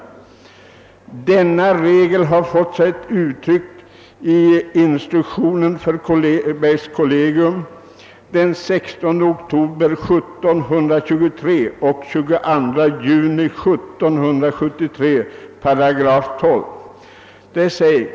Denna regel har fått sig uttryck i instruktionerna för bergskollegium den 16 oktober 1723 och 22 juni 1773 8 12.